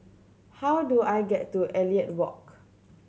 how do I get to Elliot Walk